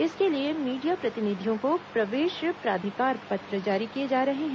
इसके लिए मीडिया प्रतिनिधियों को प्रवेश प्राधिकार पत्र जारी किए जा रहे हैं